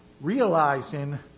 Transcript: realizing